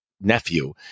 nephew